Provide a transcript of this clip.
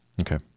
Okay